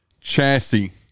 chassis